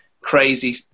crazy